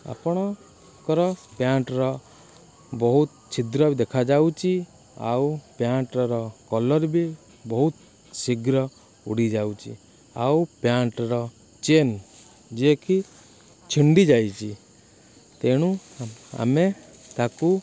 ଆପଣଙ୍କର ପ୍ୟାଣ୍ଟ୍ର ବହୁତ ଛିଦ୍ର ଦେଖାଯାଉଛି ଆଉ ପ୍ୟାଣ୍ଟ୍ର କଲର୍ ବି ବହୁତ ଶୀଘ୍ର ଉଡ଼ିଯାଉଛି ଆଉ ପ୍ୟାଣ୍ଟ୍ର ଚେନ୍ ଯିଏ କି ଛିଣ୍ଡିଯାଇଛି ତେଣୁ ଆମେ ତାକୁ